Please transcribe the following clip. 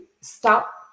stop